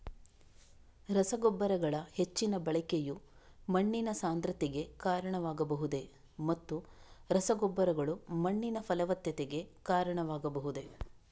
ರಸಗೊಬ್ಬರಗಳ ಹೆಚ್ಚಿನ ಬಳಕೆಯು ಮಣ್ಣಿನ ಸಾಂದ್ರತೆಗೆ ಕಾರಣವಾಗಬಹುದೇ ಮತ್ತು ರಸಗೊಬ್ಬರಗಳು ಮಣ್ಣಿನ ಫಲವತ್ತತೆಗೆ ಕಾರಣವಾಗಬಹುದೇ?